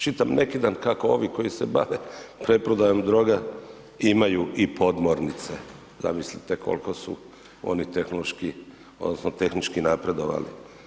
Čitam neki dan kako ovi koji se bave preprodajom droge imaju i podmornice, zamislite koliko su oni tehnološki odnosno tehnički napredovali.